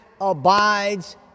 abides